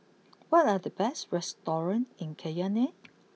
what are the best restaurants in Cayenne